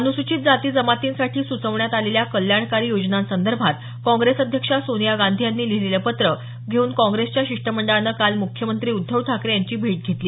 अनुसूचित जाती जमातींसाठी सूचवण्यात आलेल्या कल्याणकारी योजनांसंदर्भात काँग्रेस अध्यक्षा सोनिया गांधी यांनी लिहिलेलं पत्र घेऊन काँग्रेसच्या शिष्टमंडळानं काल मुख्यमंत्री उद्धव ठाकरे यांची भेट घेतली